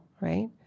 right